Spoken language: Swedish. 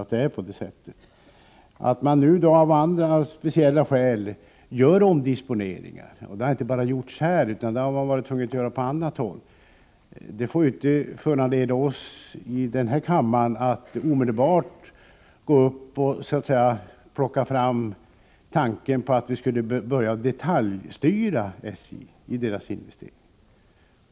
Att SJ nu av vissa skäl gör omdisponeringar — och sådana har gjorts inte bara här utan även på annat håll — får inte föranleda oss i denna kammare att omedelbart framföra tanken på att detaljstyra SJ när det gäller deras investeringar.